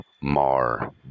Mar